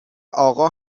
آقا